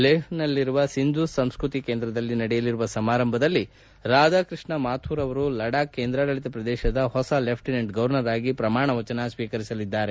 ಲೇಹ್ನಲ್ಲಿರುವ ಸಿಂದೂ ಸಂಸ್ಕೃತಿ ಕೇಂದ್ರದಲ್ಲಿ ನಡೆಯಲಿರುವ ಸಮಾರಂಭದಲ್ಲಿ ರಾಧಾಕೃಷ್ಣ ಮಾಥುರ್ ಅವರು ಲಡಾಕ್ ಕೇಂದ್ರಾಡಳಿತ ಪ್ರದೇಶದ ಹೊಸ ಲೆಫ್ಟೆನೆಂಟ್ ಗವರ್ನರ್ ಆಗಿ ಪ್ರಮಾಣವಚನ ಸ್ಸೀಕರಿಸಲಿದ್ದಾರೆ